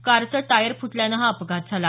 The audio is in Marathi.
कारचं टायर फुटल्यानं हा अपघात झाला